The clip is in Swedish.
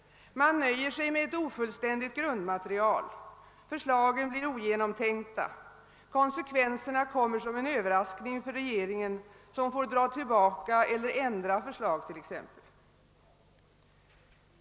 Man nöjer sig med ett ofullständigt grundmaterial, förslagen blir ogenomtänkta, konsekvenserna kommer som en överraskning för regeringen, som t.ex. får dra tillbaka eller ändra förslag.